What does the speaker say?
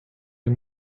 est